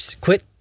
quit